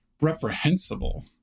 reprehensible